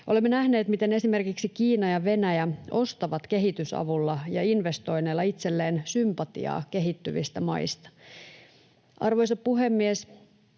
Olemme nähneet, miten esimerkiksi Kiina ja Venäjä ostavat kehitysavulla ja investoinneilla itselleen sympatiaa kehittyvistä maista. Arvoisa puhemies!